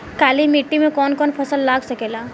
काली मिट्टी मे कौन कौन फसल लाग सकेला?